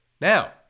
Now